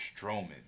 Strowman